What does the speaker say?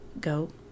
go